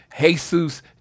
Jesus